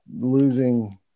losing